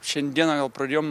šiandieną jau pradėjom